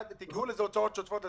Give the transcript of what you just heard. תקראו לזה הוצאות שוטפות,